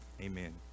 Amen